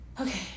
Okay